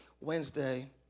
Wednesday